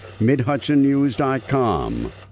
MidHudsonNews.com